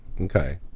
Okay